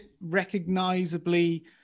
recognizably